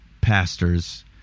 pastors